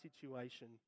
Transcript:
situation